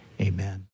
Amen